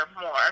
more